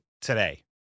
today